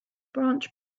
branch